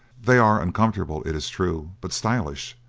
they are uncomfortable, it is true, but stylish,